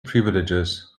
privileges